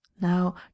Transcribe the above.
now